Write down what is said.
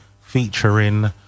featuring